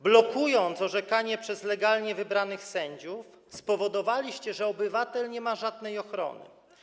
Blokując orzekanie przez legalnie wybranych sędziów, spowodowaliście, że obywatel nie ma żadnej ochrony.